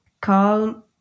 calm